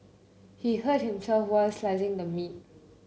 he hurt himself while slicing the meat